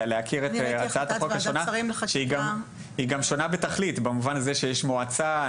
להכיר את הצעת החוק השונה שהיא גם שונה בתכלית במובן הזה שיש מועצה.